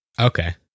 okay